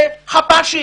זה חפ"שים